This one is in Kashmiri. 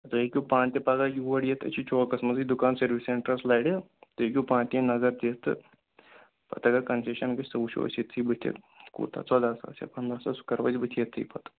تُہۍ ہیٚکِو پانہٕ تہِ پگاہ یور یِتھ أسۍ چھِ چوکَس منٛزٕے دُکان سٔروِس سٮ۪نٹرٛس لَرِ تُہۍ ہیٚکِو پانہٕ تہِ یہِ نظر دِتھ تہٕ پتہٕ اگر کنسیشَن گژھِ سُہ وٕچھو أسۍ ییٚتھی بٕتھِ کوٗتاہ ژۄداہ ساس یا پنٛداہ ساس سُہ کرو أسۍ بٕتھِ ییٚتھی پتہٕ